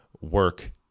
work